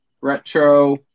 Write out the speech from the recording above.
retro